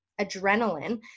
adrenaline